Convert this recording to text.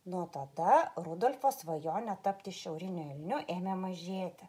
nuo tada rudolfo svajonė tapti šiauriniu elniu ėmė mažėti